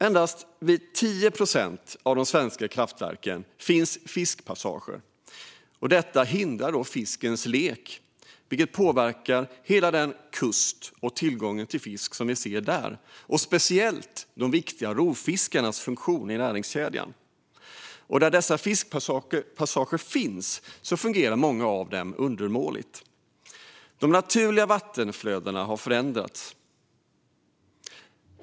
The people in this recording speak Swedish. Endast vid 10 procent av de svenska kraftverken finns fiskpassager. Det gör att fiskens lek hindras, vilket påverkar tillgången till fisk längs hela vår kust. Det gäller speciellt de viktiga rovfiskarnas funktion i näringskedjan. Där dessa fiskpassager finns fungerar många av dem dessutom undermåligt. De naturliga vattenflödena har förändrats.